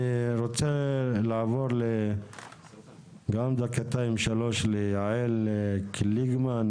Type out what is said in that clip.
אני רוצה לעבור גם לשתי דקות-שלוש ליעל קליגמן,